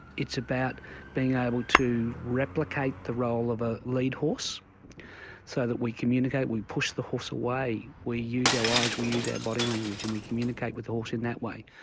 it's about being able to replicate the role of a lead horse so that we communicate, we push the horse away, we use our eyes, we use our body language and we communicate with the horse in that way.